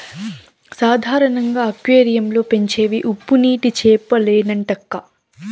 సాధారణంగా అక్వేరియం లో పెంచేవి ఉప్పునీటి చేపలేనంటక్కా